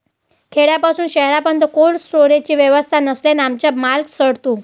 खेड्यापासून शहरापर्यंत कोल्ड स्टोरेजची व्यवस्था नसल्याने आमचा माल सडतो